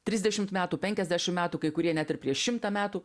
trisdešimt metų penkiasdešim metų kai kurie net ir prieš šimtą metų